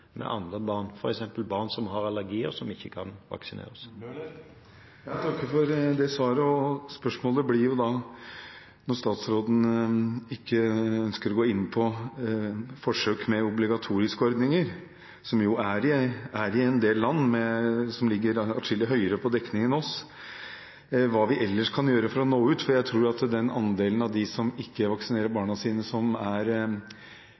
som ikke kan vaksineres. Jeg takker for det svaret. Spørsmålet blir da, når statsråden ikke ønsker å gå inn på forsøk med obligatoriske ordninger – som det er i en del land som ligger atskillig høyere på dekning enn oss – hva vi ellers kan gjøre for å nå ut. Jeg tror at den andelen som ikke vaksinerer barna sine på grunn av en bevisst tenkning og filosofi rundt det å ta vaksiner, ikke nødvendigvis utgjør flertallet av dem som ikke gjør det. Det er